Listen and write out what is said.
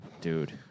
Dude